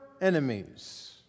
enemies